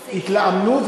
התלאמנות,